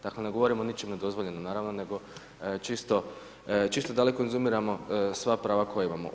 Dakle, ne govorim o ničim nedozvoljenim, naravno, nego čisto, da li konzumiramo sva prava koja imamo.